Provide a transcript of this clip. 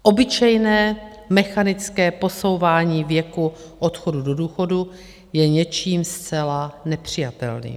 Obyčejné mechanické posouvání věku odchodu do důchodu je něčím zcela nepřijatelným.